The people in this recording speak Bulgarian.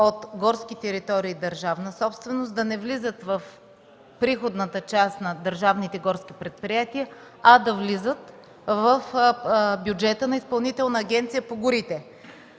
от горски територии – държавна собственост, да не влизат в приходната част на държавните горски предприятия, а да влизат в бюджета на Изпълнителна агенция по горите.